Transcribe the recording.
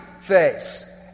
face